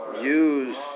use